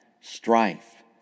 strife